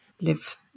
live